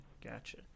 gotcha